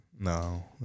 No